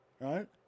right